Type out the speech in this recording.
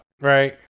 right